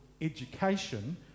education